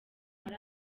hari